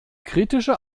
kritische